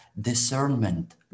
discernment